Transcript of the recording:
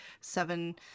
seven